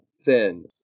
thin